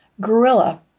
Gorilla